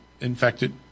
infected